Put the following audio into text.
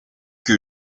que